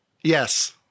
Yes